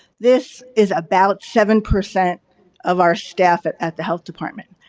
this is about seven percent of our staff at at the health department.